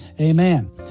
Amen